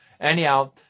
Anyhow